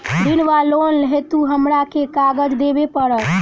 ऋण वा लोन हेतु हमरा केँ कागज देबै पड़त?